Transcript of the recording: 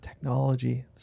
technology